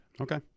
Okay